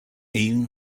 even